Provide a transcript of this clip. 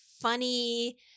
funny